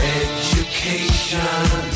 education